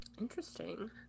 Interesting